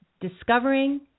discovering